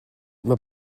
mae